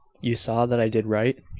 you saw that i did write?